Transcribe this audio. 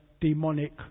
demonic